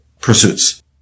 pursuits